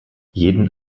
jeden